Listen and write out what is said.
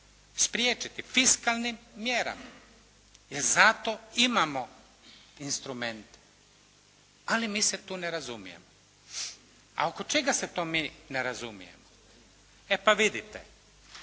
spriječiti fiskalnim mjerama jer za to imamo instrumente. Ali mi se tu ne razumijemo. A oko čega se mi to ne razumijemo? E pa vidite,